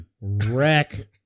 wreck